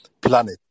planet